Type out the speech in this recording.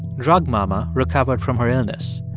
drug mama recovered from her illness.